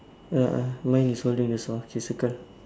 uh mine is holding the saw okay circle